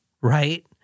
right